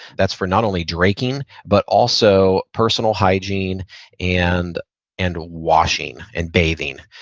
that's for not only drinking, but also personal hygiene and and washing and bathing.